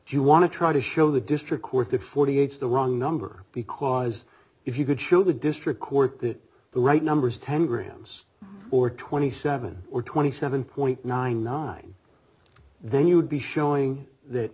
do you want to try to show the district court that forty eight the wrong number because if you could show the district court the right numbers ten grams or twenty seven or twenty seven ninety nine then you'd be showing that